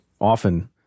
often